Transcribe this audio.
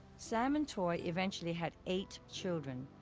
sam and toy eventually had eight children,